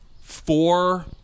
four